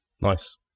Nice